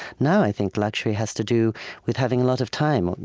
now i think luxury has to do with having a lot of time.